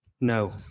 No